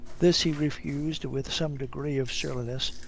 this he refused with some degree of surliness,